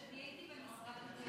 כשאני הייתי במשרד הבריאות,